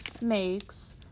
makes